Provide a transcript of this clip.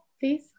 please